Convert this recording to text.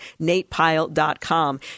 natepyle.com